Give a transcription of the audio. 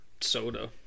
soda